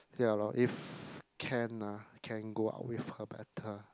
ya lor if can lah can go out with her better